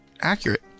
accurate